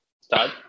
start